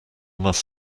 must